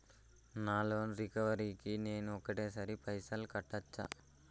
నా loan recovery కి నేను ఒకటేసరి పైసల్ కట్టొచ్చా?